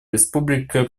республика